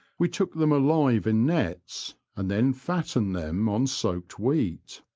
we took them alive in nets, and then fattened them on soaked wheat.